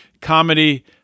comedy